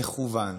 מכוון,